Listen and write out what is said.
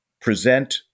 present